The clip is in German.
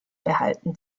behalten